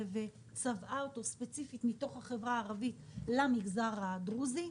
וצבעה אותו ספציפית מתוך החברה הערבית למגזר הדרוזי.